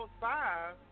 five